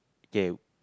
okay